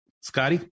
Scotty